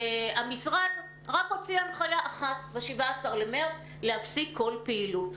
והמשרד רק הוציא הנחייה אחת ב-17 למרץ להפסיק כל פעילות.